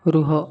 ରୁହ